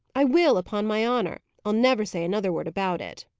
i will, upon my honour. i'll never say another word about it.